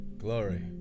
Glory